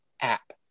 app